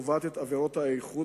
קובעת את עבירות האיכות,